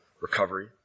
recovery